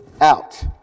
out